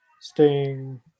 Sting